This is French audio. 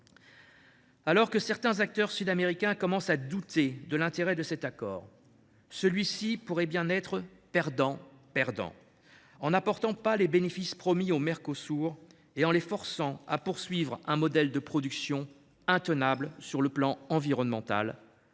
Alors que certains acteurs sud américains commencent à douter de l’intérêt de cet accord, celui ci pourrait bien être perdant perdant, en n’apportant pas les bénéfices promis aux pays du Mercosur et en les forçant à poursuivre un modèle de production intenable du point de vue environnemental